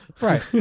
Right